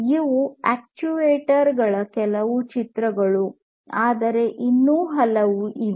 ಇವು ಅಕ್ಚುಯೇಟರ್ಗಳ ಕೆಲವು ಚಿತ್ರಗಳು ಆದರೆ ಇನ್ನೂ ಹಲವು ಇವೆ